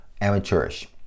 amateurish